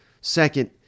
second